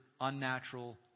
unnatural